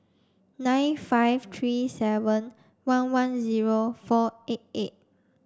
nine five three seven one one zero four eight eight